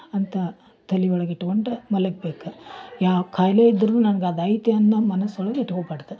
ಅಂತ ತಲೆ ಒಳಗೆ ಇಟ್ಕೊಂಡು ಮಲಗಬೇಕು ಯಾವ ಕಾಯಿಲೆ ಇದ್ದರೂ ನಂಗೆ ಐತೆ ಅನ್ನೋ ಮನಸೊಳಗೆ ಇಟ್ಕೊಬಾರ್ದು